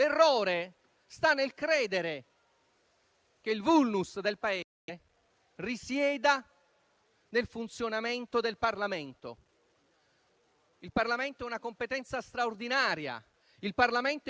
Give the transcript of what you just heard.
Il Parlamento ha una competenza straordinaria; il Parlamento è una risorsa straordinaria, e lo dico davvero rivolgendomi a tutte le forze politiche. Io qui, da cittadino entrato in quest'Aula